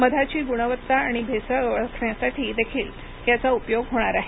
मधाची गुणवत्ता आणि भेसळ ओळखण्यासाठी देखील याचा उपयोग होणार आहे